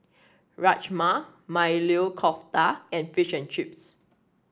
Rajma Maili Kofta and Fish and Chips